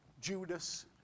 Judas